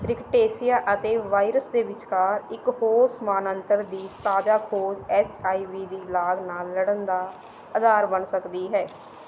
rickettsia ਅਤੇ virus ਦੇ ਵਿਚਕਾਰ ਇੱਕ ਹੋਰ ਸਮਾਨਾਂਤਰ ਦੀ ਤਾਜ਼ਾ ਖੋਜ ਐੱਚ ਆਈ ਵੀ ਦੀ ਲਾਗ ਨਾਲ ਲੜਨ ਦਾ ਅਧਾਰ ਬਣ ਸਕਦੀ ਹੈ